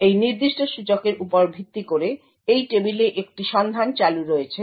এই নির্দিষ্ট সূচকের উপর ভিত্তি করে এই টেবিলে একটি সন্ধান চালু রয়েছে